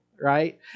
right